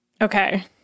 Okay